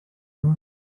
yma